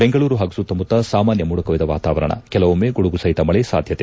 ಬೆಂಗಳೂರು ಹಾಗೂ ಸುತ್ತಮುತ್ತ ಸಾಮಾನ್ನ ಮೋಡ ಕವಿದ ವಾತಾವರಣ ಕೆಲವೊಮ್ಮೆ ಗುಡುಗು ಸಹಿತ ಮಳೆ ಸಾಧ್ಯತೆ